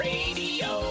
Radio